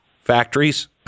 factories